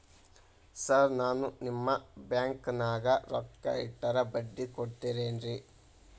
Sir ನಾನು ನಿಮ್ಮ ಬ್ಯಾಂಕನಾಗ ರೊಕ್ಕ ಇಟ್ಟರ ಬಡ್ಡಿ ಕೊಡತೇರೇನ್ರಿ?